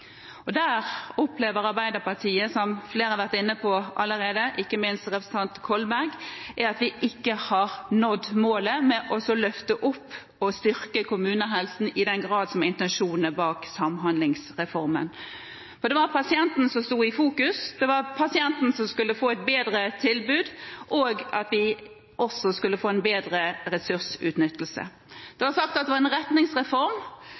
Der opplever Arbeiderpartiet, som flere har vært inne på allerede – ikke minst representanten Kolberg – at vi ikke har nådd målet om å løfte opp og styrke kommunehelsetjenesten i den grad som det som var intensjonene bak samhandlingsreformen. Det var pasienten som sto i fokus, det var pasienten som skulle få et bedre tilbud, og vi skulle også få en bedre ressursutnyttelse. Det er sagt at det var en retningsreform.